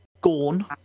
Gorn